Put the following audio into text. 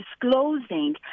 disclosing